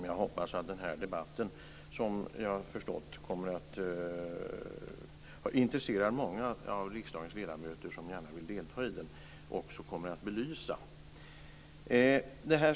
Jag hoppas att den här debatten, som såvitt jag förstår intresserar riksdagens ledamöter eftersom det är så många som vill delta i den, också kommer att belysa detta.